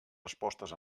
respostes